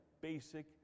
basic